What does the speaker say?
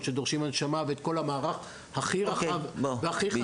שדורשים הנשמה ואת כל המערך הכי רחב והכי חזק.